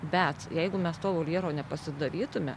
bet jeigu mes to voljero nepasidarytume